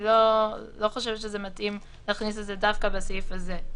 לא חושבת שמתאים להכניס את זה דווקא בסעיף הזה.